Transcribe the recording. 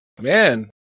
man